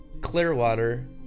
Clearwater